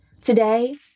Today